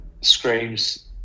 screams